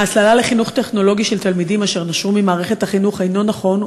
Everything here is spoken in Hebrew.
ההסללה לחינוך טכנולוגי של תלמידים אשר נשרו ממערכת החינוך אינה נכונה,